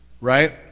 Right